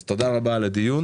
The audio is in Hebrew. אז תודה רבה על הדיון,